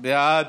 בעד,